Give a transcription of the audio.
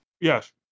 Yes